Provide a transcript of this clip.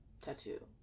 tattoo